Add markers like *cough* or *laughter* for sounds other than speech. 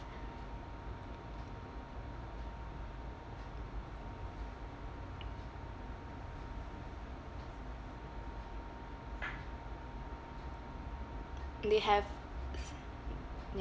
they have *noise*